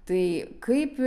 tai kaip